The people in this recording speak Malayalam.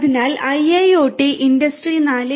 അതിനാൽ IIoT ഇൻഡസ്ട്രി 4